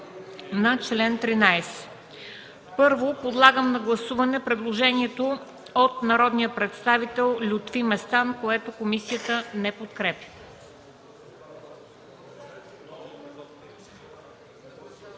не е прието. Подлагам на гласуване предложението на народния представител Лютви Местан, което комисията не подкрепя.